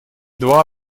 два